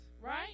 Right